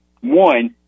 One